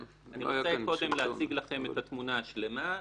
אני רוצה קודם להציג לכם את התמונה השלמה וברשותך,